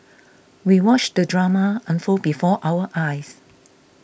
we watched the drama unfold before our eyes